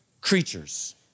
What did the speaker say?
creatures